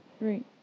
right